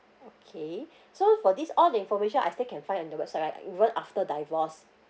okay so for this all the information I still can find on the website right even after divorced